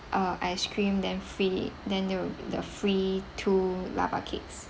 uh ice cream then free then there'll be the free two lava cakes